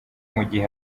mugihe